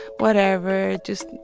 whatever. just,